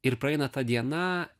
ir praeina ta diena